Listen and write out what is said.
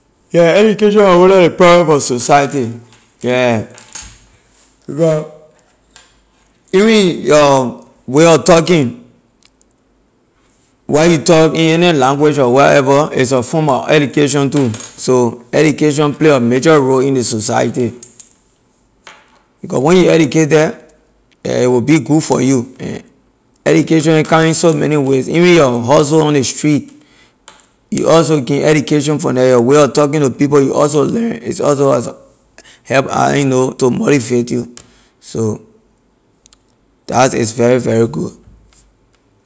Education la one of ley problem for society yeah because even your way of talking what you talk in any language or whatever it’s a form of education too so education play a major role in ley society because when you educated a will be good for you and education come in so many ways even your hustle on ley street you also gain education from the your way of talking to people you also learn is also you know to motivate you so that’s is very very good.